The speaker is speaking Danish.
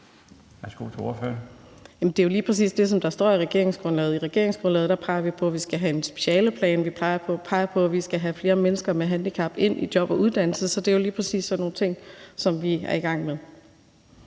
det er jo lige præcis det, som der står i regeringsgrundlaget. I regeringsgrundlaget peger vi på, at vi skal have en specialeplan, og vi peger på, at vi skal have flere mennesker med handicap i job og uddannelse, så det er jo lige præcis sådan nogle ting, som vi er i gang med.